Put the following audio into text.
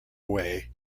away